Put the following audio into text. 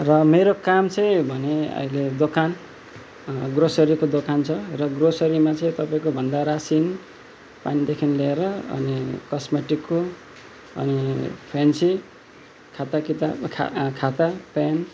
र मेरो काम चाहिँ भने अहिले दोकान ग्रोसरीको दोकान छ र ग्रोसरीमा चाहिँ तपाईँको भन्दा रासिन पानीदेखि लिएर अनि कस्मेटिकको अनि फेन्सी खाता किताब खाता पेन